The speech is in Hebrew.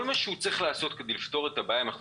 כל מה שהוא צריך לעשות כדי לפתור את הבעיה אם אנחנו